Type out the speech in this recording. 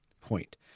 point